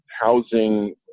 housing